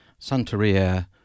Santeria